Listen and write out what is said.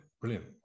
brilliant